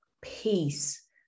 peace